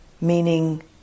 Meaning